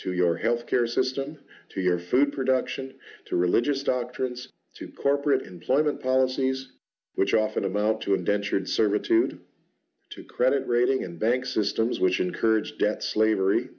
to your healthcare system to your food production to religious doctrines to corporate employment policies which often amount to indentured servitude to credit rating and bank systems which encourage debt slavery